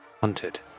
hunted